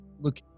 look